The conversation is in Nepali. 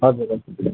हजुर हजुर